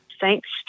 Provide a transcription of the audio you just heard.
thanks